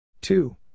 Two